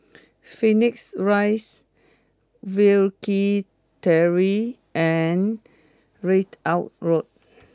Phoenix Rise Wilkie Terrace and Ridout Road